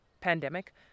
pandemic